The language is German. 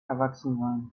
erwachsen